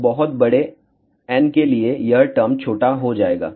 तो बहुत बड़े n के लिए यह टर्म छोटा हो जाएगा